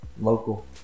local